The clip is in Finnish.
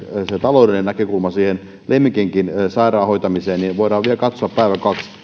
taloudellinen näkökulma siihen sairaan lemmikin hoitamiseen voidaan vielä katsoa päivä kaksi